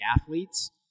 athletes